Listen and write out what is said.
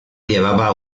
llevaba